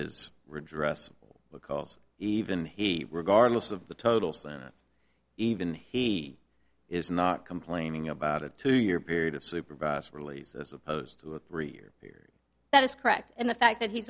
is redress because even he regardless of the total stance even he is not complaining about a two year period of supervised release as opposed to a three year period that is correct and the fact that he